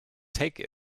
take